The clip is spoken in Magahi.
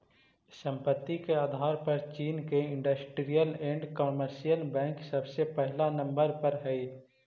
संपत्ति के आधार पर चीन के इन्डस्ट्रीअल एण्ड कमर्शियल बैंक सबसे पहिला नंबर पर हई